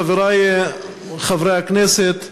חברי חברי הכנסת,